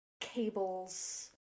cables